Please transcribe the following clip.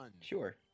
sure